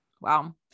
Wow